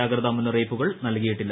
ജാഗ്രത മുന്നറിയിപ്പുകൾ നൽകിയിട്ടില്ല